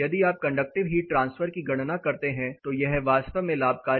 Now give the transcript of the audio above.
यदि आप conductive heat transfer की गणना करते हैं तो यह वास्तव में लाभकारी है